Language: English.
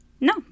No